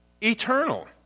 eternal